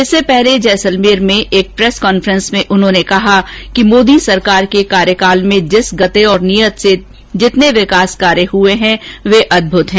इससे पहले जैसलमेर में एक प्रेस कांन्फ्रेंस में उन्होंने कहा कि मोदी सरकार के कार्यकाल में जिस गति और नियत से जितने विकास कार्य हुए हैं वे अदभुत है